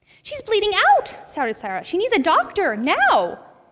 she's bleeding out! shouted sayra, she needs a doctor. now!